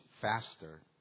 faster